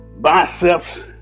biceps